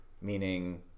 meaning